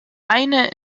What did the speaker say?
eine